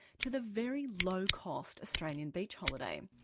to the very low cost australian beach holiday,